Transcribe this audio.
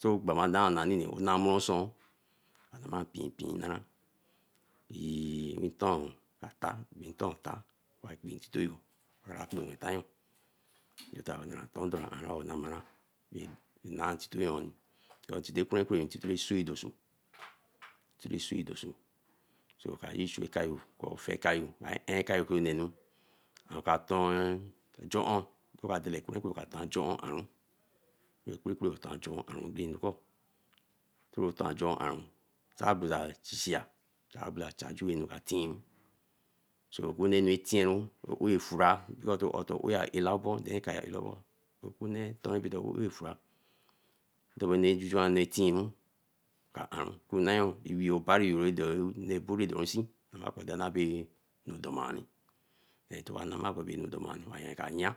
So gbama dan nani ni nna mo osuun ma nama mpee mpee nah till nton atar, bin ton tar ntito nka kpenwe, dare okpento doan oo namara bae nae ntito yoni, atito ra osoe doso, oka fe kaya, kaya kun nenu oka ton oka ton joan aru banukor toro ton ajor aru sabora chi chia e ka tinru fura akar alabo, ra fura dobi na chu chura bae tin ru kra aru ka aru wee wee obariyo ra abo doin seen tena abe anu domani lama bae anu domani ayan,